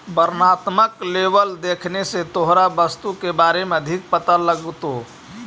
वर्णात्मक लेबल देखने से तोहरा वस्तु के बारे में अधिक पता लगतो